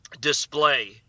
display